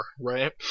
right